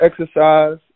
exercise